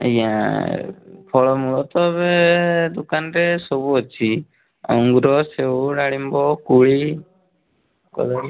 ଆଜ୍ଞା ଫଳମୂଳ ତ ଏବେ ଦୋକାନରେ ସବୁ ଅଛି ଅଙ୍ଗୁର ସେଓ ଡାଳିମ୍ବ କୋଳି କଦଳୀ